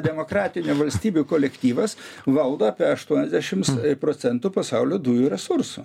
demokratinių valstybių kolektyvas valdo apie aštuoniasdešims procentų pasaulio dujų resursų